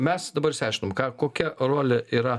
mes dabar išsiaiškinom ką kokia rolė yra